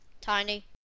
Tiny